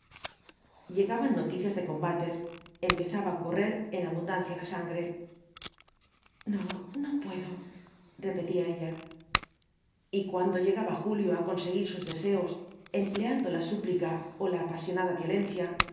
llegaban noticias de combates empezaba á correr en abundancia la sangre no no puedo repetía ella y cuando llegaba julio á conseguir sus deseos jsrapleando la súplica ó la apasionada violencia